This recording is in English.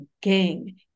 gang